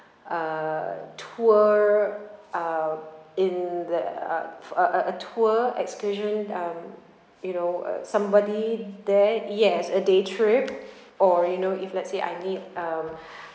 uh tour um in the uh uh uh a tour excursion um you know uh somebody there yes a day trip or you know if let's say I need um